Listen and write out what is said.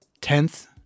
tenth